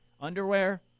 underwear